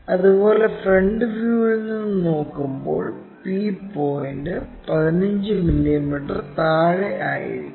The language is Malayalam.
അതുപോലെ ഫ്രണ്ട് വ്യൂവിൽ നിന്ന് നോക്കുമ്പോൾ p പോയിന്റ് 15 മില്ലീമീറ്റർ താഴെ ആയിരിക്കും